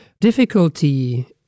difficulty